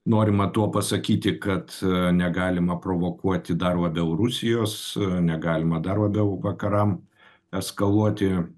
norima tuo pasakyti kad negalima provokuoti dar labiau rusijos negalima dar labiau vakaram eskaluoti